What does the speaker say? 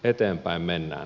eteenpäin mennään